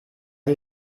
die